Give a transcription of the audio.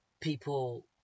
People